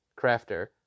Crafter